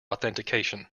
authentication